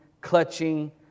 clutching